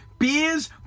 Beers